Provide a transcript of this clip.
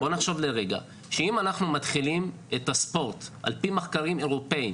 שאם אנחנו מתחילים את הספורט על-פי מחקרים אירופאים,